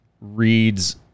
reads